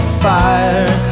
fire